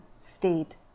state